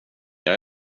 jag